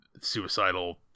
suicidal